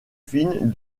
fines